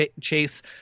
chase